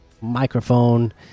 microphone